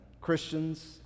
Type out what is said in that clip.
Christians